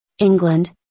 England